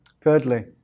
Thirdly